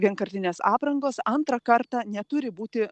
vienkartinės aprangos antrą kartą neturi būti